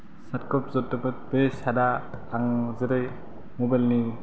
शार्टखौ जोबोद बे शार्ट आं जेरै मबाइलनि